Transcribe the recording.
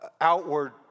outward